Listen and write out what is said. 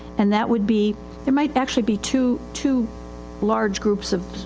and that would be it might actually be two, two large groups of,